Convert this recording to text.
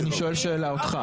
אני שואל שאלה אותך.